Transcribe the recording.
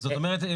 זאת אומרת,